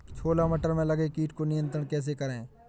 छोला मटर में लगे कीट को नियंत्रण कैसे करें?